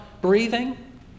breathing